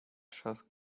trzask